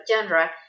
genre